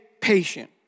patient